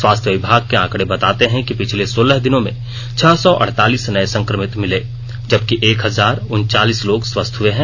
स्वास्थ्य विभाग के आंकड़े बताते है कि पिछले सोलह दिनों में छह सौ अड़तालीस नये संक्रमित मिले जबकि एक हजार उनचालीस लोग स्वस्थ हुए है